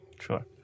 Sure